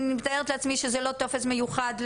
אני מתארת לעצמי שזה לא טופס מיוחד.